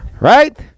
Right